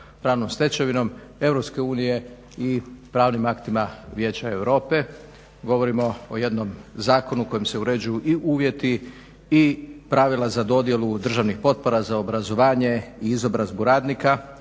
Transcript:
pravnom stečevinom Europske unije i pravnim aktima Vijeća Europe. Govorimo o jednom zakonu kojim se uređuju i uvjeti i pravila za dodjelu državnih potpora za obrazovanje i izobrazbu radnika.